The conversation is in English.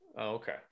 Okay